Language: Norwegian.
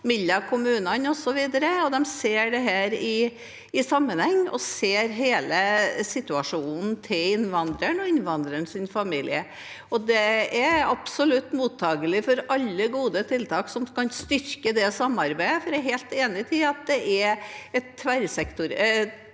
mellom kommunene osv. De ser dette i sammenheng og ser hele situasjonen til innvandreren og innvandrerens familie. Jeg er absolutt mottakelig for alle gode tiltak som kan styrke det samarbeidet, for jeg er helt enig i at det er samarbeid